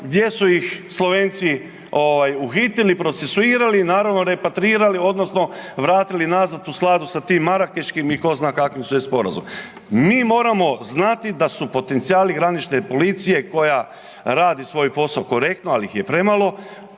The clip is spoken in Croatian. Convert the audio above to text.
gdje su ih Slovenci ovaj uhitili, procesuirali, i naravno repatrirali odnosno vratili nazad u skladu sa tim marakeškim i tko zna kakvim sve sporazumom. Mi moramo znati da su potencijali granične policije koja radi svoj posao korektno, al' ih je premalo,